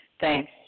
Thanks